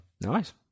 Nice